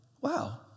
wow